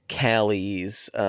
Callie's